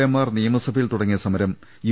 എമാർ നിയമസഭയിൽ തുടങ്ങിയ സമരം യു